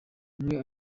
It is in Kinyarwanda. umwe